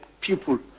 people